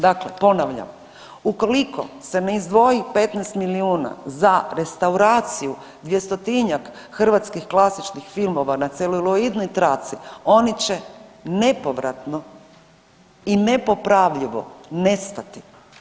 Dakle, ponavljam ukoliko se ne izdvoji 15 milijuna za restauraciju 200-tinjak hrvatskih klasičnih filmova na celuloidnoj traci oni će nepovratno i nepopravljivo nestati.